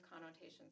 connotations